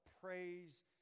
praise